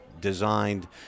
designed